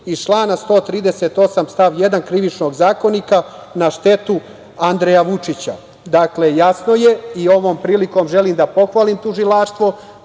iz člana 138. stav 1. Krivičnog zakonika na štetu Andreja Vučića. Dakle, jasno je i ovom prilikom želim da pohvalim tužilaštvo